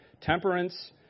Temperance